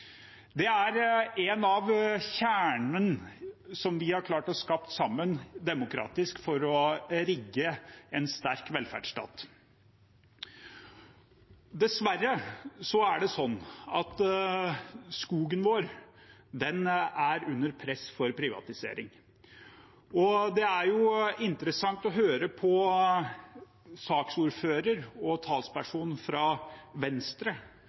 å rigge en sterk velferdsstat. Dessverre er det sånn at skogen vår er under press for privatisering. Det er interessant å høre på saksordføreren og talspersonen fra Venstre,